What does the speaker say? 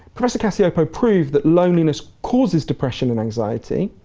professor cacioppo proved that loneliness causes depression and anxiety,